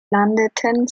landeten